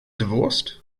divorced